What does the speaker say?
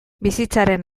bizitzaren